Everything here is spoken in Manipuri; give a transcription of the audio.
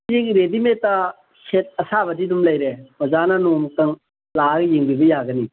ꯆꯦꯒꯤ ꯔꯦꯗꯤꯃꯦꯠꯇ ꯁꯦꯠ ꯑꯁꯥꯕꯗꯤ ꯑꯗꯨꯝ ꯂꯩꯔꯦ ꯑꯣꯖꯥꯅ ꯅꯣꯡꯃꯇꯪ ꯂꯥꯛꯑ ꯌꯦꯡꯕꯤꯕ ꯌꯥꯒꯅꯤ